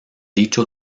dicho